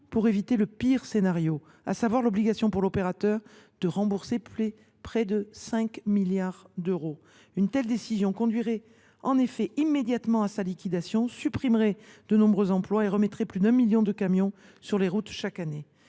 pour éviter le pire scénario, à savoir l’obligation pour l’opérateur de rembourser près de 5 milliards d’euros. Une telle décision conduirait sa liquidation immédiate, supprimerait de nombreux emplois et jetterait plus d’un million de camions supplémentaires sur les routes chaque année.